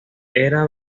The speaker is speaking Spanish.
era